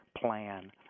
plan